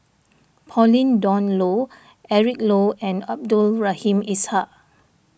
Pauline Dawn Loh Eric Low and Abdul Rahim Ishak